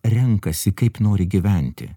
renkasi kaip nori gyventi